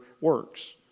works